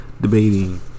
debating